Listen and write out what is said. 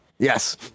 yes